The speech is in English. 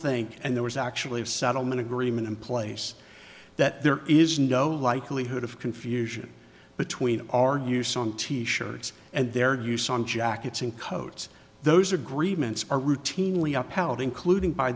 think and there was actually a settlement agreement in place that there is no likelihood of confusion between our use on t shirts and their use on jackets and coats those agreements are routinely upheld including by